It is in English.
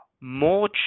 more